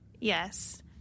Yes